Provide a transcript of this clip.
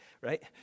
Right